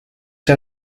see